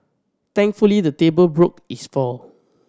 thankfully the table broke his fall